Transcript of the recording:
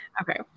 Okay